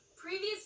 previously